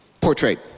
portrayed